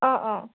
অঁ অঁ